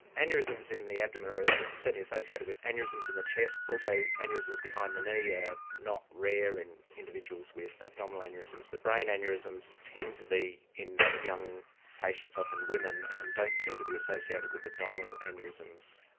aneurysms in the abdomen are ah certainly associated with aneurysms in the chest, also aneurysms behind the knee are ah not rare in individuals with abdominal aneurysms, but brain aneurysms tend to be in young patients, often women, and don't seem to be associated with abdominal aneurysms.